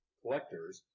collectors